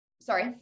sorry